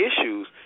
issues